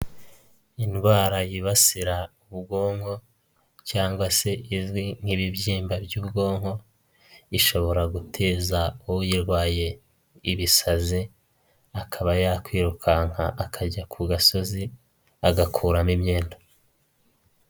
Indwara yibasira ubwonko cyangwa se izwi nk'ibibyimba by'ubwonko, ishobora guteza uyirwaye ibisazi akaba yakwirukanka akajya ku gasozi, agakuramo imyenda.